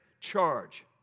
charge